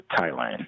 Thailand